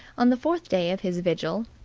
on the fourth day of his vigil,